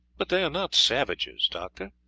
but they are not savages, doctor.